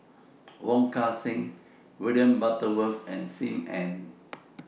Wong Kan Seng William Butterworth and SIM Ann